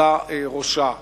ייקטע ראשה.